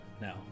now